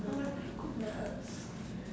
oh my goodness